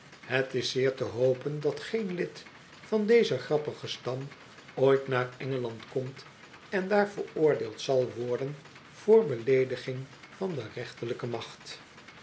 het is zeer te hopen dat geen lid van dezen grappigen stam ooit naar engeland komt en daar veroordeeld zal worden voor beleediging van de rechterlijke macht